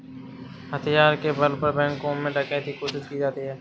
हथियार के बल पर बैंकों में डकैती कोशिश की जाती है